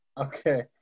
Okay